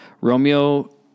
Romeo